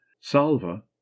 salva